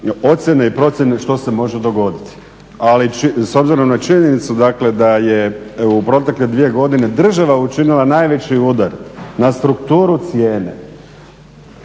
ocjene i procjene što se može dogoditi. Ali s obzirom na činjenicu, dakle da je u protekle dvije godine država učinila najveći udar na strukturu cijene,